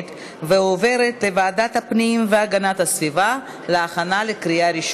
לוועדת הפנים והגנת הסביבה נתקבלה.